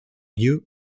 you